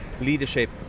leadership